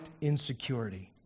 insecurity